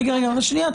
רגע, חברים.